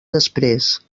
després